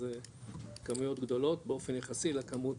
כמויות גדולות באופן יחסי לכמות